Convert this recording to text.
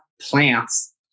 plants